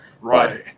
Right